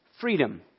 freedom